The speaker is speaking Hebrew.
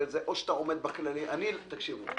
הרי זה או שאתה עומד בכללים תקשיבו,